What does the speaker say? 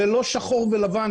זה לא שחור ולבן,